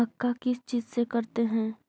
मक्का किस चीज से करते हैं?